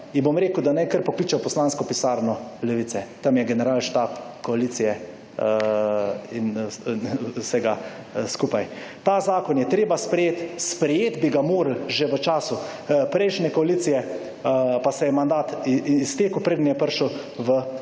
ji bom rekel da naj kar pokliče v poslansko pisarno Levice, tam je generalštab koalicije in vsega skupaj. Ta zakon je treba sprejeti, sprejeti bi ga morali že v času prejšnje koalicije, pa se je mandat iztekel predno je prišel v